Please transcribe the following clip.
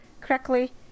correctly